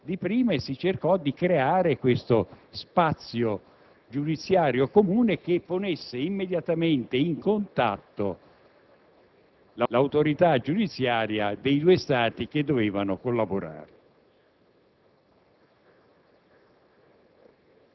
questa trafila e si cercò di creare uno spazio giudiziario comune che ponesse immediatamente in contatto le autorità giudiziarie dei due Stati che dovevano collaborare.